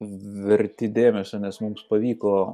verti dėmesio nes mums pavyko